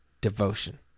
devotion